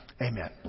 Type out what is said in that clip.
Amen